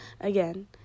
again